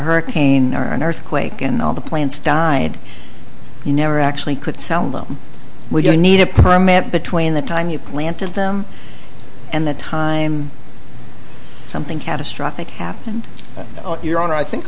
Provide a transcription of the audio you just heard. hurricane or an earthquake and all the plants died you never actually could sell them when you need a permit between the time you planted them and the time something catastrophic happened on your own i think